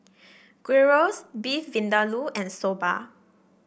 Gyros Beef Vindaloo and Soba